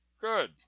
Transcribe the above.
Good